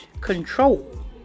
Control